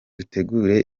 dutegura